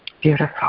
Beautiful